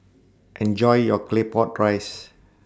Enjoy your Claypot Rice